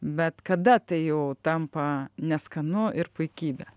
bet kada tai jau tampa neskanu ir puikybe